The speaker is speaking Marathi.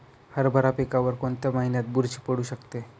हरभरा पिकावर कोणत्या महिन्यात बुरशी पडू शकते?